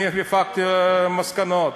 אני הפקתי מסקנות.